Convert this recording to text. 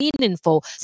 meaningful